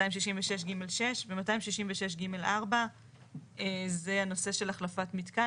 זה 266 (ג') 6. ו-266 (ג') 4 זה הנושא של החלפת מתקן